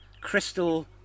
crystal